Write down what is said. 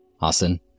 Austin